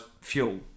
fuel